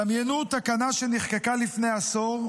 דמיינו תקנה שנחקקה לפני עשור,